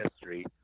history